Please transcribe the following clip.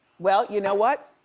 well, you know what?